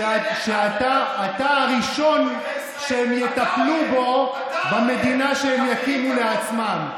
ואתה יודע שאתה הראשון שיטפלו בו במדינה שהם יקימו לעצמם.